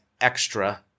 extra